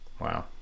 wow